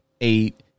eight